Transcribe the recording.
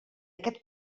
aquest